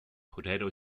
potato